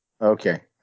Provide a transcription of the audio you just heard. Okay